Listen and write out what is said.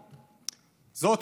זאת,